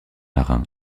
marin